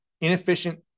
inefficient